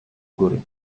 góry